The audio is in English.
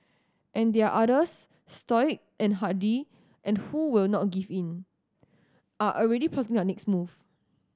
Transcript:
and there are others stoic and hardy and who will not give in are already plotting their next move